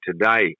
today